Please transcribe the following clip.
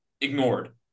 ignored